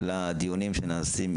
לדיונים שנעשים.